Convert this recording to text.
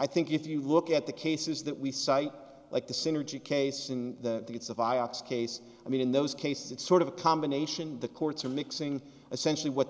i think if you look at the cases that we cite like the synergy case in the it's a vioxx case i mean in those cases it's sort of a combination the courts are mixing essentially what the